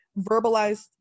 verbalize